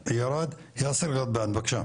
יאסר ג'דבאן, בבקשה,